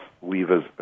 weavers